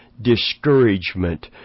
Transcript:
Discouragement